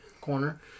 Corner